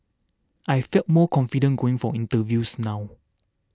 I feel more confident going for interviews now